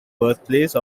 birthplace